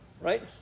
Right